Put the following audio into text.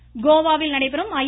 கால்பந்து கோவாவில் நடைபெறும் ஐ